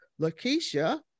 Lakeisha